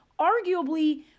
arguably